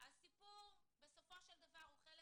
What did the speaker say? זה --- הסיפור הוא בסופו של דבר חלק